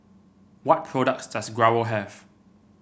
what products does Growell have